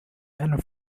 and